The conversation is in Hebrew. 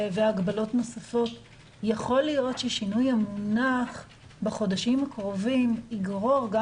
יכול להיות ששינוי המונח בחודשים הקרובים יגרור את